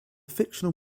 fictional